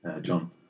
John